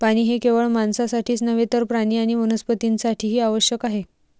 पाणी हे केवळ माणसांसाठीच नव्हे तर प्राणी आणि वनस्पतीं साठीही आवश्यक आहे